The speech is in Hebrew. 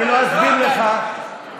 אני מסביר לך,